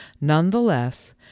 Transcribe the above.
Nonetheless